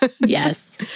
Yes